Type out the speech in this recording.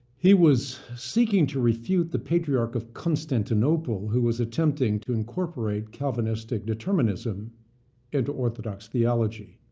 he was seeking to refute the patriarch of constantinople, who was attempting to incorporate calvinistic determinism into orthodox theology.